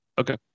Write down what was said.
Okay